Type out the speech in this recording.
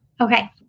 Okay